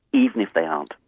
even if they aren't.